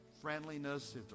friendliness